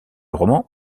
roman